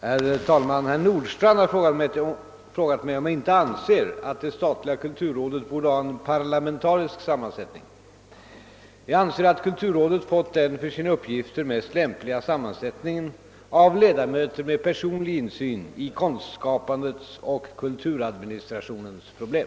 Herr talman! Herr Nordstrandh har frågat mig om jag icke anser, att det statliga kulturrådet borde ha en parlamentarisk sammansättning. Jag anser att kulturrådet fått den för sina uppgifter mest lämpliga sammansättningen av ledamöter med personlig insyn i konstskapandets och kulturadministrationens problem.